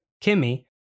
Kimmy